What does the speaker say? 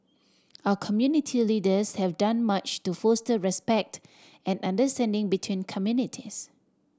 our community leaders have done much to foster respect and understanding between communities